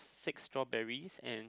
six strawberries and